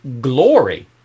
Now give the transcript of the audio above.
glory